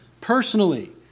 personally